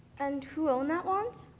and who owned that wand?